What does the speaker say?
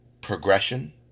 progression